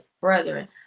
brethren